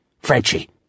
Frenchie